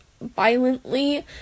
violently